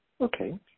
okay